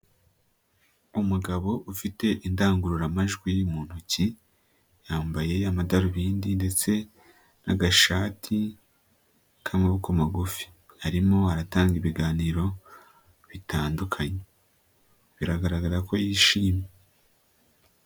Umugabo ufite indangururamajwi mu ntoki yambaye, amadarubindi ndetse n'agashati k'amaboko magufi, arimo aratanga ibiganiro bitandukanye, biragaragara ko yishimye.